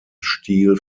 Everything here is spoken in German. stil